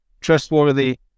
trustworthy